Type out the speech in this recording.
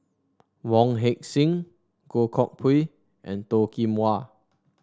Wong Heck Sing Goh Koh Pui and Toh Kim Hwa